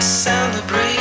celebrate